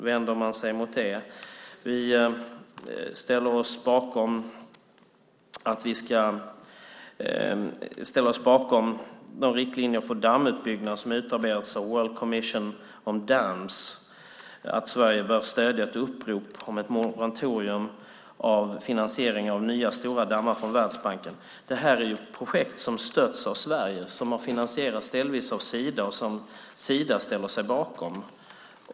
Vi ställer oss bakom de riktlinjer för dammbyggnad som utarbetats av World Commission on Dams - att Sverige bör "stödja ett upprop om ett moratorium för finansiering av nya stora dammar från Världsbanken". Det här är ju projekt som stötts av Sverige, som delvis har finansierats av Sida och som Sida ställer sig bakom.